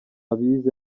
abize